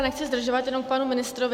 Nechci zdržovat, jenom k panu ministrovi.